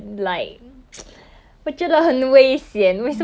ya and it's like 我想 just enjoy my music in peace